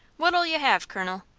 what'll you have, colonel?